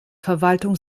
verwaltung